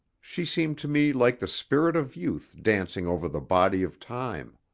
she seemed to me like the spirit of youth dancing over the body of time.